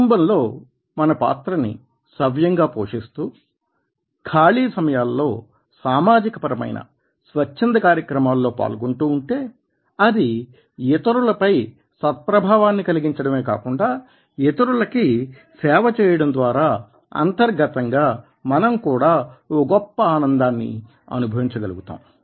కుటుంబంలో మన పాత్రని సవ్యంగా పోషిస్తూ ఖాళీ సమయాలలో సామాజిక పరమైన స్వచ్ఛంద కార్యక్రమాలలో పాల్గొంటూ ఉంటే అది ఇతరులపై సత్ప్రభావాన్ని కలిగించడమే కాకుండా ఇతరులకి సేవ చేయడం ద్వారా అంతర్గతంగా మనం కూడా ఒక గొప్ప ఆనందాన్ని అనుభవించ గలుగుతాము